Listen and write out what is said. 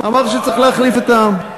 אמר שצריך להחליף את העם,